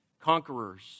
conquerors